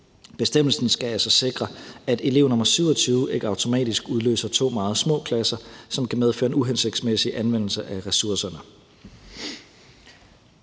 Bestemmelsen skal altså sikre, at elev nr. 27 ikke automatisk udløser to meget små klasser, som kan medføre en uhensigtsmæssig anvendelse af ressourcerne.